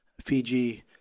Fiji